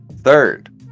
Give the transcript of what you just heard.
third